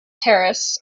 terrace